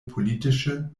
politische